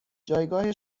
جایگاه